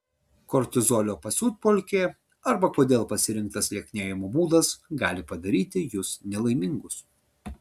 kortizolio pasiutpolkė arba kodėl pasirinktas lieknėjimo būdas gali padaryti jus nelaimingus